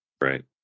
Right